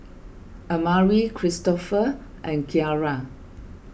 Amari Kristofer and Kiara